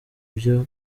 byo